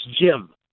Jim